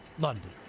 london.